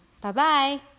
Bye-bye